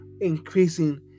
increasing